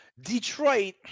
Detroit